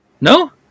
No